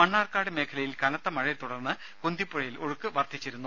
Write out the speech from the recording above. മണ്ണാർക്കാട് മേഖലയിൽ കനത്ത മഴയെത്തുടർന്ന് കുന്തിപ്പുഴയിൽ ഒഴുക്ക് വർധിച്ചിരുന്നു